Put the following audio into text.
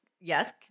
Yes